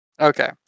Okay